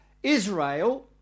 Israel